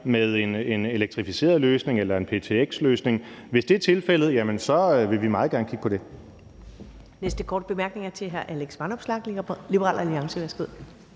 med en elektrificeret løsning eller en ptX-løsning. Hvis det er tilfældet, vil vi meget gerne kigge på det.